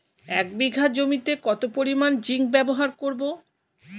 এক বিঘা জমিতে কত পরিমান জিংক ব্যবহার করব?